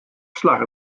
slagge